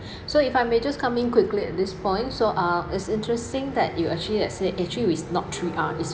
so if I may just come in quickly at this point so ah it's interesting that you actually has say actually is not three R is